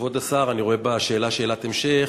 כבוד השר, אני רואה בשאלה שאלת המשך,